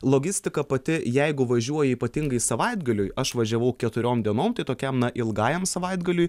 logistika pati jeigu važiuoji ypatingai savaitgaliui aš važiavau keturiom dienom tokiam na ilgajam savaitgaliui